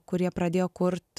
kurie pradėjo kurt